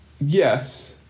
Yes